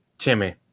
Timmy